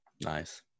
nice